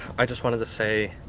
i just wanted to say.